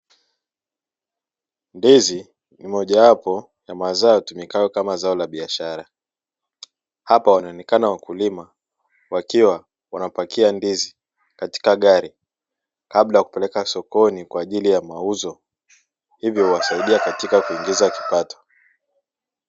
Ndizi ni mojawapo ya mazao kama zao la biashara, hapa wanaonekana wakulima wakiwa wanapakia ndizi katika gari kabla ya kupeleka sokoni kwa ajili ya mauzo hivyo huwasaidia katika kuingiza kipato.